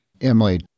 Emily